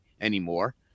anymore